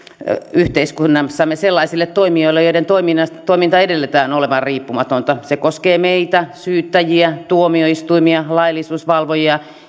yhteiskunnassamme sellaisille toimijoille joiden toiminnan edellytetään olevan riippumatonta se koskee meitä syyttäjiä tuomioistuimia laillisuusvalvojia